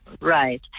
Right